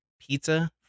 pizza